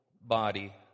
body